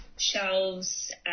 Shelves